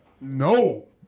No